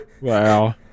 wow